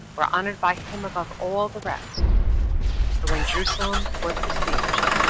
were honored by him above all the rest for when jerusalem was besieged,